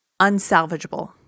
unsalvageable